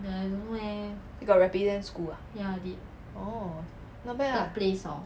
you got represent school ah orh not bad ah